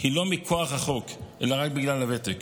היא לא מכוח החוק אלא רק בגלל הוותק.